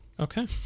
Okay